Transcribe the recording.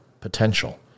potential